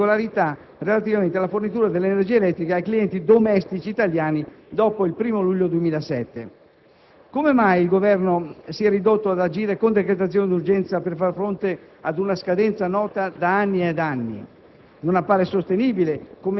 sia problemi di prezzo e di regolarità relativamente alla fornitura di energia elettrica ai clienti domestici italiani dopo il 1° luglio 2007. Come mai il Governo si è ridotto ad agire con decretazione d'urgenza per far fronte ad una scadenza nota da anni ed anni?